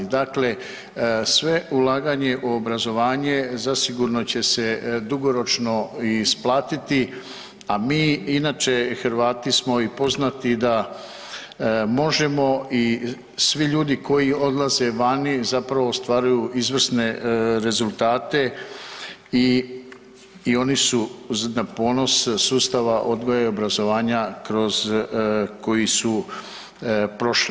I dakle, sve ulaganje u obrazovanje zasigurno će se dugoročno isplatiti, a mi inače Hrvati smo i poznati da možemo i svi ljudi koji odlaze vani zapravo ostvaruju izvrsne rezultate i, i oni su na ponos sustava odgoja i obrazovanja kroz koji su prošli.